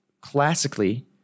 classically